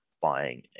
buying